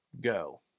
go